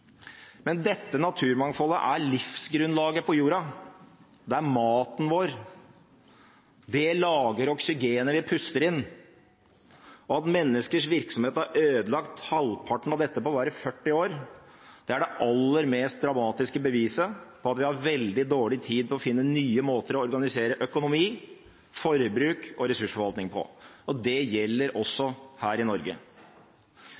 Men dette naturmangfoldet er livsgrunnlaget på jorda. Det er maten vår. Det lager oksygenet vi puster inn. At menneskers virksomhet har ødelagt halvparten av dette på bare 40 år, er det aller mest dramatiske beviset på at vi har veldig dårlig tid til å finne nye måter å organisere økonomi, forbruk og ressursforvaltning på. Det gjelder